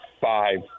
five